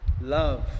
Love